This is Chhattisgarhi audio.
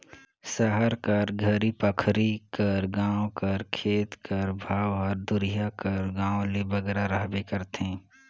सहर कर घरी पखारी कर गाँव कर खेत कर भाव हर दुरिहां कर गाँव ले बगरा रहबे करथे